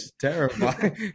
terrifying